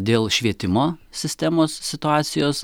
dėl švietimo sistemos situacijos